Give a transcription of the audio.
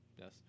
Yes